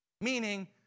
Meaning